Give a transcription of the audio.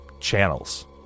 channels